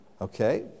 Okay